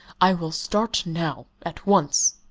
i will start now at once,